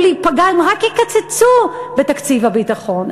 להיפגע אם רק יקצצו בתקציב הביטחון.